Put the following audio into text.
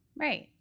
right